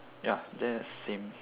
ya that's same